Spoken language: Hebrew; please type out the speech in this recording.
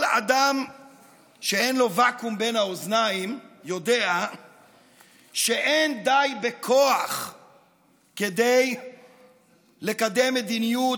כל אדם שאין לו ואקום בין האוזניים יודע שלא די בכוח כדי לקדם מדיניות,